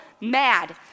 mad